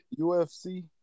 UFC